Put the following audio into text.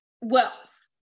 wealth